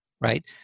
right